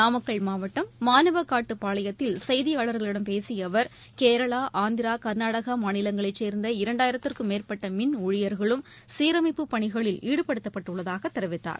நாமக்கல் மாவட்டம் மானுவக்காட்டுப் பாளையத்தில் செய்தியாளர்களிடம் பேசியஅவர் கேரளா ஆந்திரா கர்நாடகாமாநிலங்களைச் சேர்ந்த இரண்டாயிரத்திற்கும் மேற்பட்டமின் ஊழியர்களும் சீரமைப்புப் பணிகளில் ஈடுபடுத்தப்பட்டுள்ளதாகதெரிவித்தார்